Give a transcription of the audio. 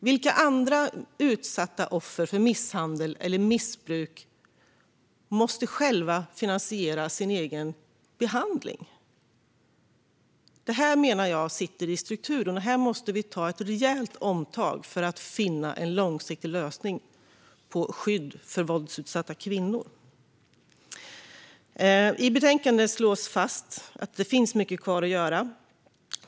Vilka andra offer för misshandel eller missbruk måste själva finansiera sin egen behandling? Jag menar att detta sitter i strukturerna och att vi måste ta ett rejält omtag för att finna en långsiktig lösning när det gäller att skydda våldsutsatta kvinnor. I betänkandet slås fast att det finns mycket kvar att göra.